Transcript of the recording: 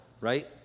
right